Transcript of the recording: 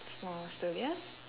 it's more studious